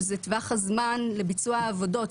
שזה טווח הזמן לביצוע העבודות,